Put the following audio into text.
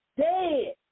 dead